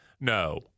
No